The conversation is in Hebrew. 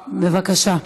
בבקשה,